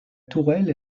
tourelle